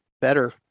better